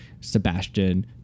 Sebastian